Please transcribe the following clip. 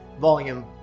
volume